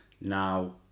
now